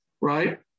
Right